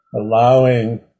allowing